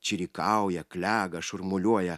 čirikauja klega šurmuliuoja